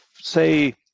say